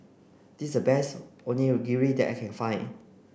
this a best Onigiri that I can find